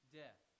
death